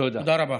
תודה רבה.